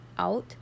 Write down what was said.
out